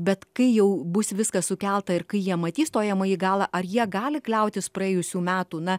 bet kai jau bus viskas sukelta ir kai jie matys stojamąjį galą ar jie gali kliautis praėjusių metų na